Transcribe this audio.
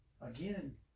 Again